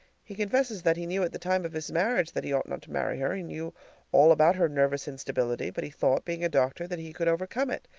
he confesses that he knew at the time of his marriage that he ought not to marry her, he knew all about her nervous instability but he thought, being a doctor, that he could overcome it,